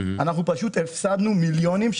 אנחנו הפסדנו מיליונים,